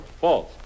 False